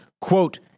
quote